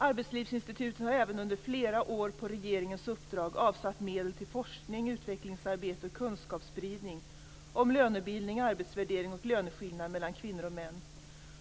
· Arbetslivsinstitutet har även under flera år, på regeringens uppdrag, avsatt medel till forskning, utvecklingsarbete och kunskapsspridning om lönebildning, arbetsvärdering och löneskillnader mellan kvinnor och män.